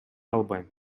албайм